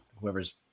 Whoever's